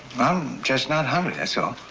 just not hury, that's all.